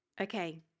Okay